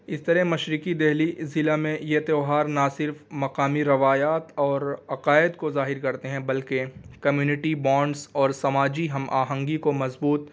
اس طرح مشرقی دہلی ضلع میں یہ تیوہار نہ صرف مقامی روایات اور عقائد کو ظاہر کرتے ہیں بلکہ کمیونٹی بانڈس اور سماجی ہم آہنگی کو مضبوط